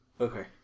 Okay